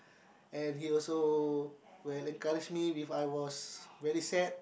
and he also will encourage me before I was very sad